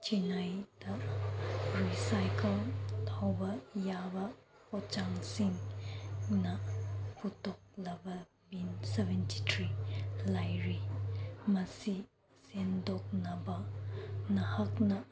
ꯆꯦꯟꯅꯥꯏꯗ ꯔꯤꯁꯥꯏꯀꯜ ꯇꯧꯕ ꯌꯥꯕ ꯄꯣꯠꯁꯛꯁꯤꯡꯅ ꯄꯨꯊꯣꯛꯂꯕ ꯕꯤꯟ ꯁꯕꯦꯟꯇꯤ ꯊ꯭ꯔꯤ ꯂꯩꯔꯤ ꯃꯁꯤ ꯁꯦꯡꯗꯣꯛꯅꯕ ꯅꯍꯥꯛꯅ